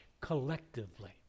collectively